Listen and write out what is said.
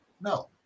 No